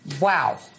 Wow